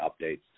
updates